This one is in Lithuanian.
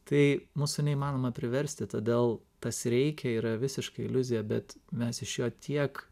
tai mūsų neįmanoma priversti todėl tas reikia yra visiška iliuzija bet mes iš jo tiek